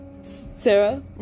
sarah